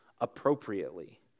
appropriately